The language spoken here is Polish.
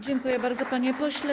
Dziękuję bardzo, panie pośle.